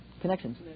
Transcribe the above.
connections